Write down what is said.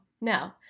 no